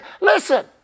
Listen